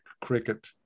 cricket